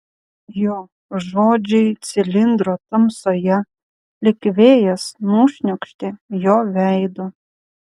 jo žodžiai cilindro tamsoje lyg vėjas nušniokštė jo veidu